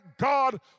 God